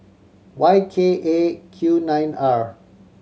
Y K A Q nine R